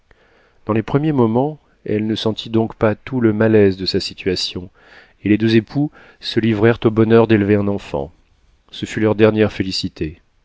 dans les premiers moments elle ne sentit donc pas tout le malaise de sa situation et les deux époux se livrèrent au bonheur d'élever un enfant ce fut leur dernière félicité